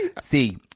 See